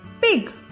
pig